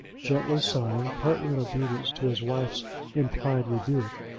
gently sighing, partly in obedience to his wife's implied rebuke,